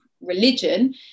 religion